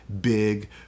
big